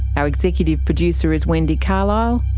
our executive producer is wendy carlisle,